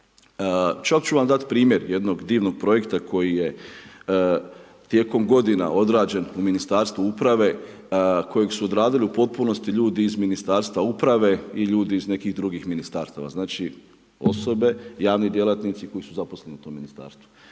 Čak ču vam dati primjer jednog divnog projekta koji je tijekom godina odrađen u Ministarstvu uprave kojeg su odradili u potpunosti iz Ministarstva uprave i ljudi iz nekih drugih ministarstava, znači osobe, javni djelatnici koji su zaposleni u tom ministarstvu.